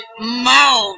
mouth